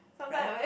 right